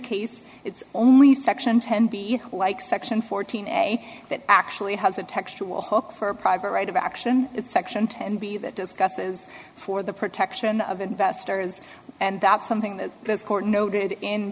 case it's only section ten b like section fourteen a that actually has a textual hook for a private right of action it's section ten b that discusses for the protection of investors and that's something that this court noted in